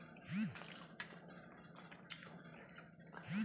फसल चक्र का मूल सिद्धांत बताएँ?